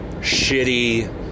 shitty